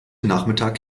nachmittag